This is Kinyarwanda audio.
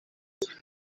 ati